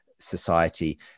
society